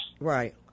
Right